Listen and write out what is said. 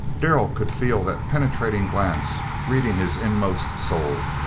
darrell could feel that penetrating glance reading his inmost soul.